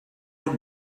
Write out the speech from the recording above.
want